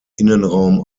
innenraum